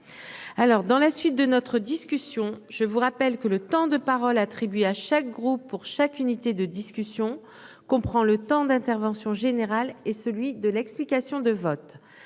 alors dans la suite de notre discussion, je vous rappelle que le temps de parole attribués à chaque groupe pour chaque unité de discussion qu'on prend le temps d'intervention général et celui de l'explication de vote